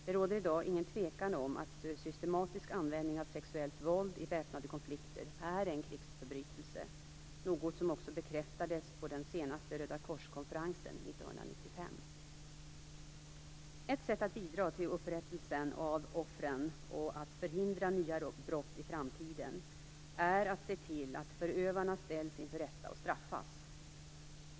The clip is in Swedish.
Det råder i dag ingen tvekan om att systematisk användning av sexuellt våld i väpnade konflikter är en krigsförbrytelse, något som också bekräftades på den senaste Rödakorskonferensen 1995. Ett sätt att bidra till upprättelsen av offren och att förhindra nya brott i framtiden är att se till att förövarna ställs inför rätta och straffas.